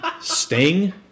Sting